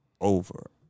over